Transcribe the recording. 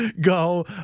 go